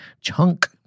Chunk